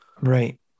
Right